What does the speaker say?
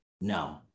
No